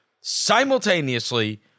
simultaneously